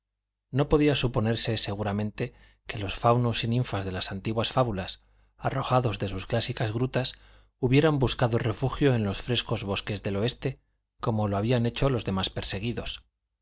no podía suponerse seguramente que los faunos y ninfas de las antiguas fábulas arrojados de sus clásicas grutas hubieran buscado refugio en los frescos bosques del oeste como lo habían hecho los demás perseguidos